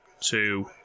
two